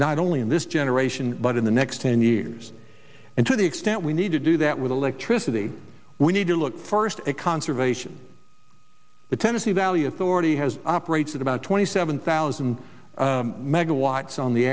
not only in this generation but in the next ten years and to the extent we need to do that with electricity we need to look first at conservation the tennessee valley authority has operates at about twenty seven thousand megawatts on the